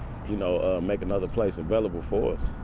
you know, make another place available for us.